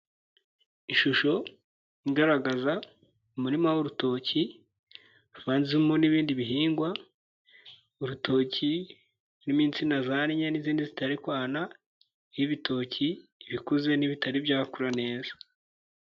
Ishusho igaragaza umurima w'urutoki uvanzemo n'ibindi bihingwa, urutoki harimo insina zannye n'izindi zitarikwana, harimo ibitoki bikuze n'ibitari byakura neza.